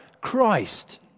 Christ